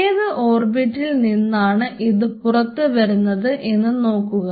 ഏത് ഓർബിറ്റിൽ നിന്നാണ് ഇത് പുറത്തു വരുന്നത് എന്ന് നോക്കുക